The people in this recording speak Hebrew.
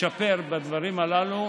לשפר בדברים הללו,